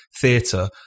theatre